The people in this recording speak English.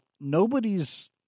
nobody's